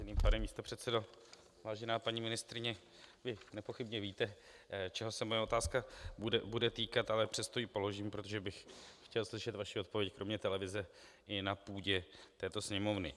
Vážený pane místopředsedo, vážená paní ministryně, vy nepochybně víte, čeho se moje otázka bude týkat, ale přesto ji položím, protože bych chtěl slyšet vaši odpověď kromě televize i na půdě této Sněmovny.